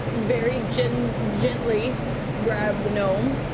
very gently gently grab the gnome,